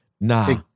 Nah